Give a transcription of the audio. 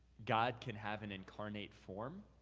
god can have an incarnate form